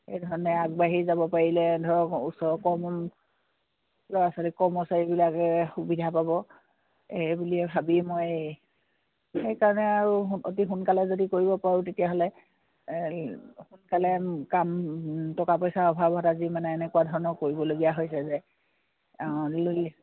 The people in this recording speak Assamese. সেইধৰণে আগবাঢ়ি যাব পাৰিলে ধৰক ওচৰৰ ল'ৰা ছোৱালীক কৰ্মচাৰীবিলাকে সুবিধা পাব এইবুলিয়ে ভাবি মই সেইকাৰণে আৰু অতি সোনকালে যদি কৰিব পাৰোঁ তেতিয়াহ'লে সোনকালে কাম টকা পইচাৰ অভাৱত আজি মানে এনেকুৱা ধৰণৰ কৰিবলগীয়া হৈছে যে